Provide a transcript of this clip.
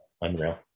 Unreal